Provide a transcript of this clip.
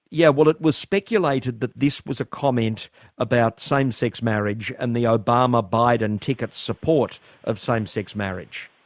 yeah well it was speculated that this was a comment about same-sex marriage and the obama-biden ticket support of same-sex marriage.